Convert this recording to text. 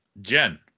Jen